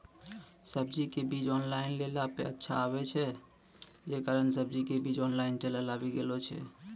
सब्जी के बीज ऑनलाइन लेला पे अच्छा आवे छै, जे कारण सब्जी के बीज ऑनलाइन चलन आवी गेलौ छै?